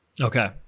Okay